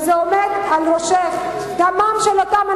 זו לא הצעה לסדר-היום.